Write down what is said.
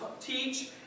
teach